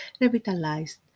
revitalized